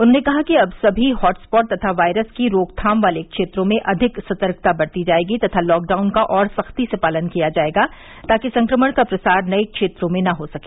उन्होंने कहा कि अब सभी हॉट स्पॉट तथा वायरस की रोकथाम वाले क्षेत्रों में अधिक सतर्कता बरती जायेगी तथा लॉकडाउन का और सख्ती से पालन किया जायेगा ताकि संक्रमण का प्रसार नये क्षेत्रों में न हो सके